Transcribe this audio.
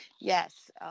Yes